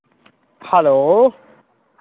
hello